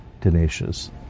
tenacious